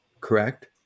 correct